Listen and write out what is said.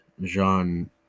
Jean